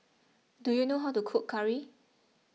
do you know how to cook Curry